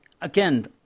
Again